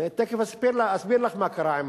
תיכף אסביר לך מה קרה.